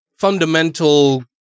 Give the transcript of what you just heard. fundamental